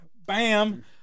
Bam